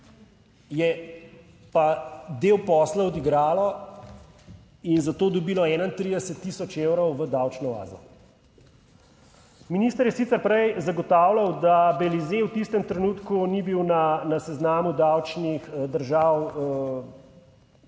je pa del posla odigralo in za to dobilo 31 tisoč evrov v davčno oazo. Minister je sicer prej zagotavljal, da Belize v tistem trenutku ni bil na seznamu davčnih držav,